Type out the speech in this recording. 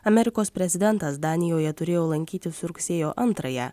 amerikos prezidentas danijoje turėjo lankyti rugsėjo antrąją